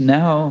now